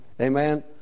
amen